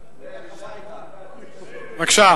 בבקשה.